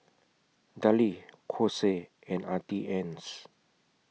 Darlie Kose and Auntie Anne's